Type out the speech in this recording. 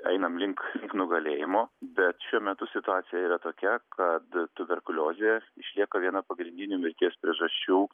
einam link link nugalėjimo bet šiuo metu situacija yra tokia kad tuberkuliozė išlieka viena pagrindinių mirties priežasčių